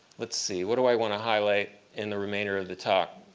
let's see. what do i want to highlight in the remainder of the talk?